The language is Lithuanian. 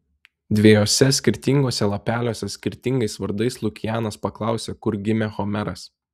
dviejuose skirtinguose lapeliuose skirtingais vardais lukianas paklausė kur gimė homeras